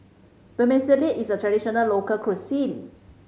vermicelli is a traditional local cuisine